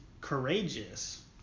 courageous